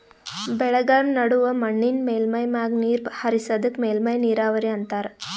ಬೆಳೆಗಳ್ಮ ನಡು ಮಣ್ಣಿನ್ ಮೇಲ್ಮೈ ಮ್ಯಾಗ ನೀರ್ ಹರಿಸದಕ್ಕ ಮೇಲ್ಮೈ ನೀರಾವರಿ ಅಂತಾರಾ